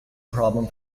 problem